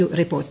ഒരു റിപ്പോർട്ട്